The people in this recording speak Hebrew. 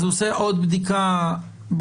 אז הוא עושה עוד בדיקה במלונית.